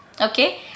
okay